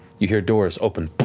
you hear doors open